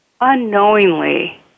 unknowingly